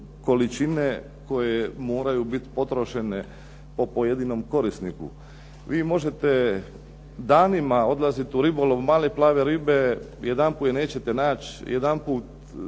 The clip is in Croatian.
količine koje moraju biti potrošene po pojedinom korisniku. Vi možete danima odlaziti u ribolov, male plave ribe, jedanput je nećete naći, jedanput